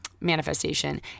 manifestation